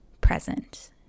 present